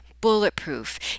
bulletproof